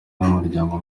n’umuryango